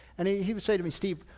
and he he would say to me, steve,